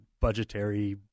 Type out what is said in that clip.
budgetary